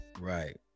Right